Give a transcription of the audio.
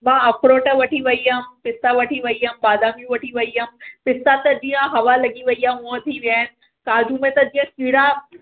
मां अखरोट वठी वई हुयमि पिस्ता वठी वई हुयमि बादामियूं वठी वई हुयमि पिस्ता जीअं हवा लॻी वई आ उअं थी वया आहिनि काजू में जीअं कीड़ा